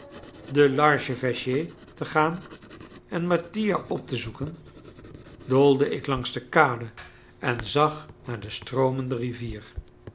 de l'archevêché te gaan en mattia op te zoeken doolde ik langs de kade en zag naar de stroomende rivier